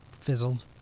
fizzled